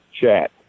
chat